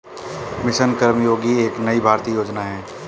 mission Karmayogi एक नई भारतीय योजना है